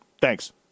Thanks